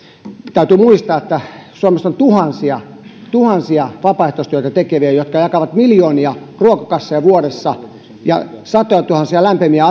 täytyy muistaa että suomessa on tuhansia tuhansia vapaaehtoistyötä tekeviä jotka jakavat miljoonia ruokakasseja vuodessa ja tarjoavat satojatuhansia lämpimiä